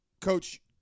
Coach